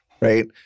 right